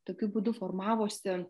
tokiu būdu formavosi